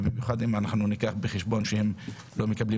בעיקר אם ניקח בחשבון שהם לא מקבלים